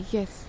Yes